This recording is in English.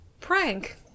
prank